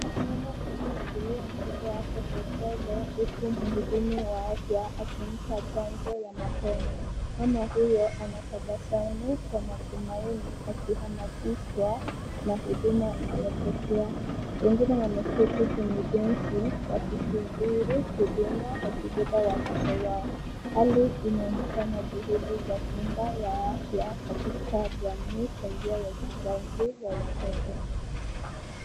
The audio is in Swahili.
Mama anashikilia mtoto wake kwa upole huku mhudumu wa afya akimpa chanjo ya mapema. Mama huyo anatabasamu kwa matumaini akihamasishwa na huduma anayopokea. Wengine wameketi kwenye benchi wakisubiri huduma wakibeba watoto wao. Kando inaonyeshana vurugu za simba wa afya kwa njia ya kizazi ya watoto.